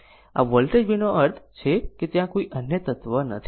આ voltage v નો અર્થ છે કે ત્યાં કોઈ અન્ય તત્વ નથી